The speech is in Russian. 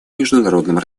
международном